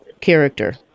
character